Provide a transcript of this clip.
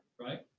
right